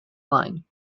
line